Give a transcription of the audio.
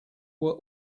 were